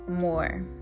more